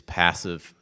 passive